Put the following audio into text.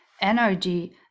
energy